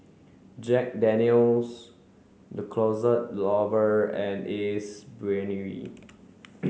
Jack Daniel's The Closet Lover and Ace Brainery